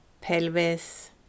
pelvis